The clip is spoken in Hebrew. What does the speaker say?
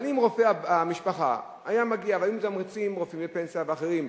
אבל אם רופא המשפחה היה מגיע והיו מתמרצים רופאים בפנסיה ואחרים,